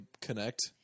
connect